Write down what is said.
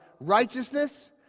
righteousness